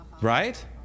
Right